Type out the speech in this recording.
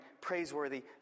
praiseworthy